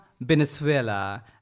venezuela